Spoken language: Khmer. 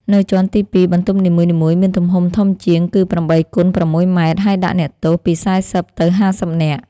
នៅជាន់ទីពីរ បន្ទប់នីមួយៗ មានទំហំធំជាងគឺ៨ គុណ ៦ម៉ែត្រ ហើយដាក់អ្នកទោស ពី៤០ ទៅ៥០ នាក់ ។